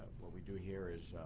what we do here is